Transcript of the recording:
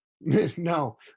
No